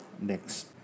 next